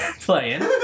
playing